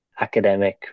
academic